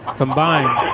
combined